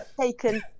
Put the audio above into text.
taken